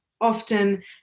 often